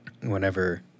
Whenever